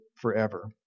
forever